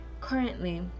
Currently